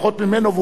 והוא גדול מאוד.